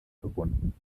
verbunden